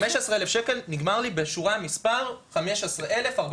15,000 שקל נגמרים לי בשורה מס' 15,495,